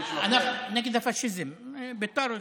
נגד הפשיזם, בית"ר ירושלים.